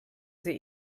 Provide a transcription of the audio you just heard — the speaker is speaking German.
sie